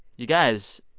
you guys,